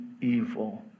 evil